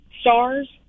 stars